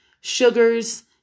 sugars